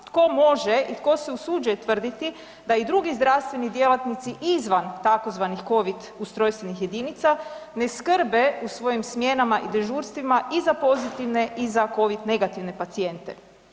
Tko može i tko se usuđuje tvrditi da i drugi zdravstveni djelatnici izvan tzv. Covid ustrojstvenih jedinica ne skrbe u svojim smjenama i dežurstvima i za pozitivne i za Covid negativne pacijente.